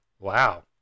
wow